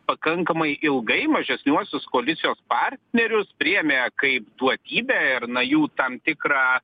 pakankamai ilgai mažesniuosius koalicijos partnerius priėmė kaip duotybę ir na jų tam tikrą